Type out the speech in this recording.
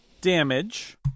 damage